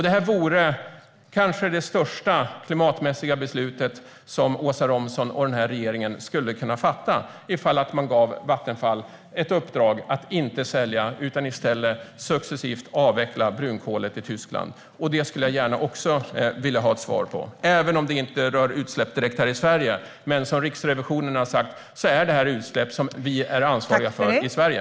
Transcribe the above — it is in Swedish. Detta vore kanske det största klimatmässiga beslut som Åsa Romson och den här regeringen skulle kunna fatta ifall man gav Vattenfall ett uppdrag att inte sälja utan i stället successivt avveckla brunkolet i Tyskland. Detta skulle jag också gärna vilja ha ett svar på, även om det inte rör utsläpp direkt här i Sverige. Men som Riksrevisionen har sagt är det detta utsläpp som vi är ansvariga för i Sverige.